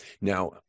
Now